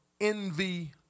envy